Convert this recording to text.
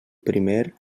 primer